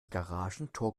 garagentor